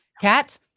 Cat